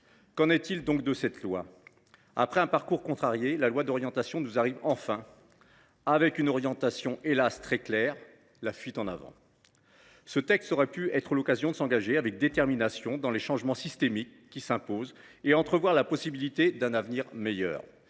Qu’en est il donc de cette loi ? Après un parcours contrarié, la LOA arrive enfin jusqu’à nous, avec pour orientation très claire, hélas ! la fuite en avant. Ce texte aurait pu être l’occasion de s’engager avec détermination dans les changements systémiques qui s’imposent et d’entrevoir la possibilité d’un avenir meilleur.